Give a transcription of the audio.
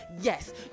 Yes